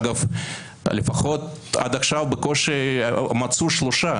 אגב, לפחות עד עכשיו בקושי מצאו שלושה